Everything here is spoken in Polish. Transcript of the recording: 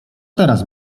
teraz